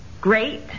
great